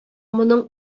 моның